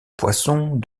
poissons